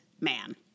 man